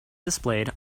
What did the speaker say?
displayed